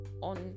on